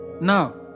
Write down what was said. Now